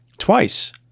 Twice